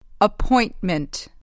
Appointment